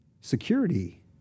security